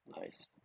Nice